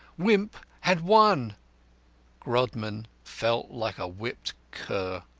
wimp had won grodman felt like a whipped cur.